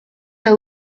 n’a